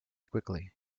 quickly